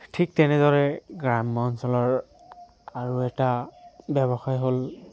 ঠিক তেনেদৰে গ্ৰাম্য অঞ্চলৰ আৰু এটা ব্যৱসায় হ'ল